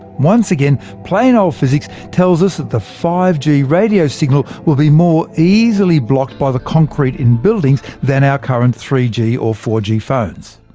once again, plain old physics tells us that the five g radio signal will be more easily blocked by the concrete in buildings than our current three g or four g phones.